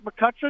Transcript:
McCutcheon